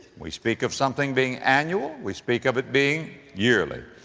we speak of something being annual we speak of it being yearly.